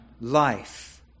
life